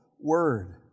word